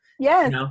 Yes